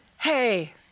Hey